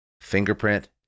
fingerprint